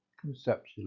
conceptually